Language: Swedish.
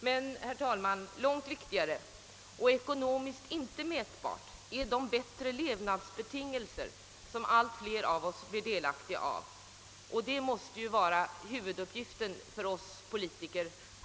Men, herr talman, långt viktigare är -- och detta är inte ekonomiskt mät bart — de bättre levnadsbetingelser som allt fler av oss genom skapandet av en bättre miljö kan få leva under.